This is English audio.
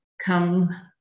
come